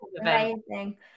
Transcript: amazing